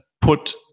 put